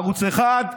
ערוץ 1,